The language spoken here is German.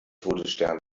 todesstern